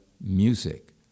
music